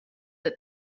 that